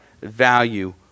value